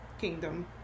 kingdom